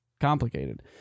complicated